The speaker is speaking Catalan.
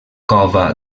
cova